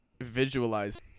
visualize